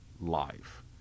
life